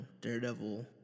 daredevil